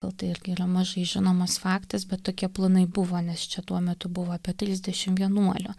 gal tai irgi yra mažai žinomas faktas bet tokie planai buvo nes čia tuo metu buvo apie trisdešim vienuolių